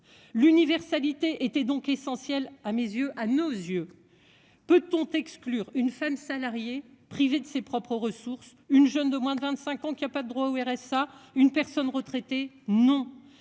l'universalité était donc essentiel à mes yeux, à nos yeux. Peut-on exclure une femme salarié privé de ses propres ressources une jeune de moins de 25 ans qui a pas droit au RSA, une personne retraitée. Non.